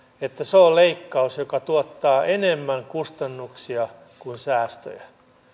että se on leikkaus joka tuottaa enemmän kustannuksia kuin säästöjä